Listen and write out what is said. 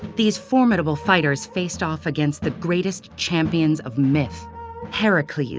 these formidable fighters faced off against the greatest champions of myth heracles,